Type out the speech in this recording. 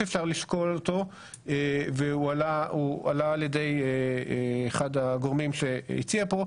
שניתן לשקול אותו והוא הועלה על ידי אחד הגורמים שהציע פה,